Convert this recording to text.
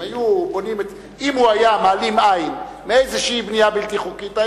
אם הוא היה מעלים עין מאיזו בנייה בלתי חוקית,